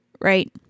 Right